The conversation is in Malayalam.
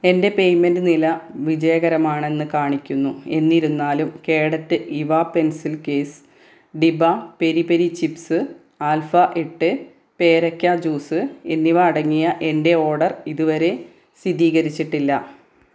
എന്റെ പേയ്മെൻ്റ് നില വിജയകരമാണെന്ന് കാണിക്കുന്നു എന്നിരുന്നാലും കേഡറ്റ് ഇവാ പെൻസിൽ കേസ് ഡിബ പെരി പെരി ചിപ്സ് ആൽഫ എട്ട് പേരക്ക ജ്യൂസ് എന്നിവ അടങ്ങിയ എന്റെ ഓർഡർ ഇതുവരെ സ്ഥിരീകരിച്ചിട്ടില്ല